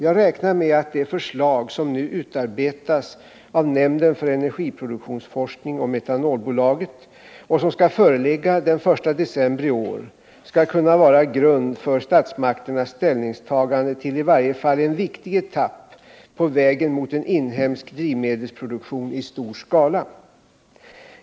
Jag räknar med att det förslag som nu utarbetas av nämnden för energiproduktionsforskning och Metanolbolaget och som skall föreligga den 1 december i år skall kunna vara grund för statsmakternas ställningstagande till i varje fall en viktig etapp på vägen mot en inhemsk drivmedelsproduktion i stor skala.